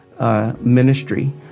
ministry